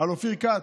על אופיר כץ: